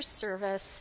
service